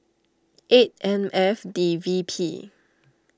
eight M F D V P